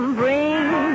bring